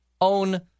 own